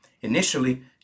Initially